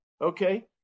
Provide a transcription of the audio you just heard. okay